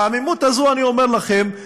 והעמימות הזאת, אני אומר לכם,